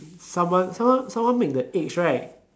someone someone someone make the eggs right